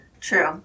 True